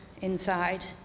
inside